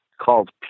called